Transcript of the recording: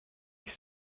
make